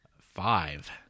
Five